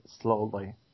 slowly